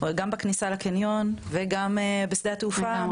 גם בכניסה לחניון, וגם בשדה התעופה.